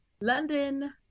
London